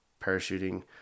parachuting